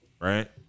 right